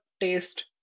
taste